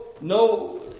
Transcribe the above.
no